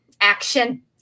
action